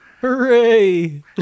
Hooray